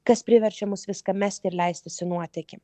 kas priverčia mus viską mesti ir leistis į nuotykį